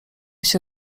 się